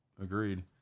Agreed